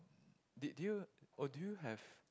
did you or do you have